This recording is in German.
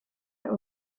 der